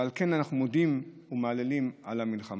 ועל כן אנחנו מהללים ומודים על המלחמה.